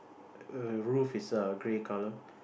roof is err grey colour